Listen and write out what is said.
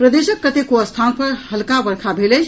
प्रदेशक कतेको स्थान पर हल्का वर्षा भेल अछि